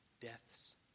death's